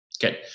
Good